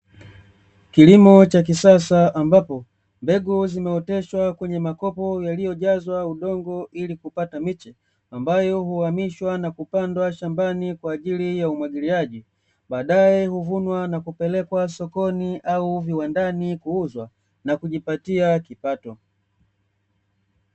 Kilimo cha kisasa, ambapo mbegu zimeoteshwa kwenye makopo yaliyojazwa udongo, ilikupata miche ambayo huhamishwa na kupandwa shambani kwa ajili ya umwagiliaji, baadae huvunwa na kupelekwa sokoni au viwandani kuuzwa na kujipatia kipato.